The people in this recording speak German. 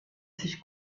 sich